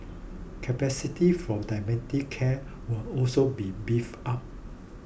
capacity for dementia care will also be beefed up